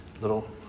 little